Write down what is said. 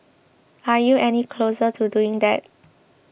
are you any closer to doing that